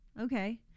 okay